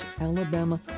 Alabama